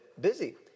busy